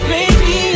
Baby